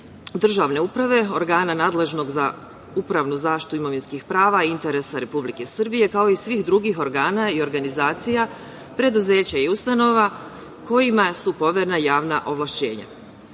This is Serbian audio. državne uprave, organa nadležnog za upravnu zaštitu imovinskih prava i interesa Republike Srbije, kao i svih drugih organa i organizacija, preduzeća i ustanova, kojima su poverena javna ovlašćenja. Čuvajući